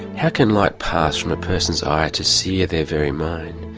how can light pass from a person's eye to seer their very mind,